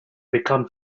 become